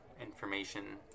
information